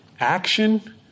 Action